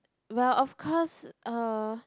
well of course uh